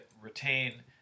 retain